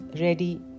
ready